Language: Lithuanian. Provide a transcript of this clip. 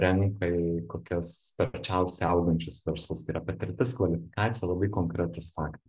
renka į kokias sparčiausia augančius verslus tai yra patirtis kvalifikacija labai konkretūs faktai